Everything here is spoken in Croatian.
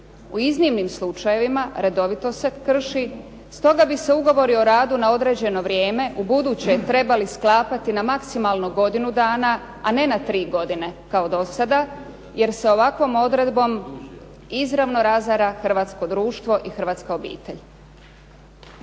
u iznimnim slučajevima redovito krši, stoga bi se ugovori o radu na određeno vrijeme u buduće trebali sklapati na maksimalno godinu dana, a ne na tri godine kao do sada, jer se ovakvom odredbom izravno razara hrvatsko društvo i hrvatska obitelj.